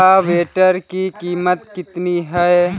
Rotavator की कीमत कितनी है?